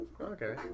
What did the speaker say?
Okay